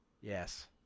Yes